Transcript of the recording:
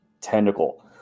tentacle